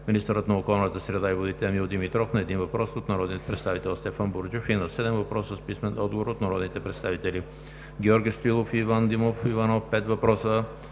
министърът на околната среда и водите Емил Димитров на един въпрос от народния представител Стефан Бурджев; и на седем въпроса с писмен отговор от народните представители Георги Стоилов и Иван Димов Иванов (пет въпроса);